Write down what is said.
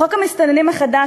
חוק המסתננים החדש,